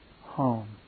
home